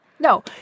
No